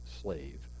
slave